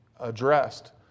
addressed